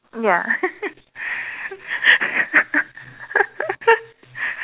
ya